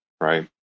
right